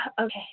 okay